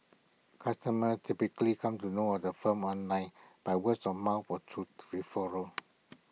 customers typically come to know of the firms online by words of mouth or through referrals